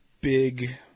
Big